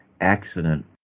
accident